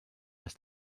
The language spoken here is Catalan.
les